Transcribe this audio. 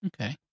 Okay